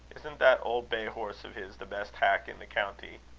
isn't that old bay horse of his the best hack in the county?